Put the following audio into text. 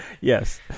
Yes